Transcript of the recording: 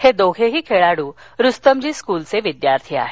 हे दोघे खेळाडू रुस्तमजी स्कूलचे विद्यार्थी आहेत